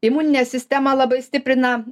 imuninę sistemą labai stiprina